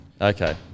Okay